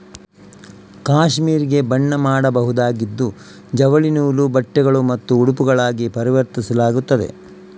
cashmere ಗೆ ಬಣ್ಣ ಮಾಡಬಹುದಾಗಿದ್ದು ಜವಳಿ ನೂಲು, ಬಟ್ಟೆಗಳು ಮತ್ತು ಉಡುಪುಗಳಾಗಿ ಪರಿವರ್ತಿಸಲಾಗುತ್ತದೆ